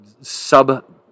sub